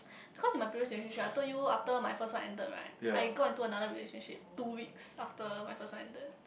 cause in my previous relationship I told you after my first one ended right I got into another relationship two weeks after my first one ended